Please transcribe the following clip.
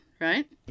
right